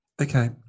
Okay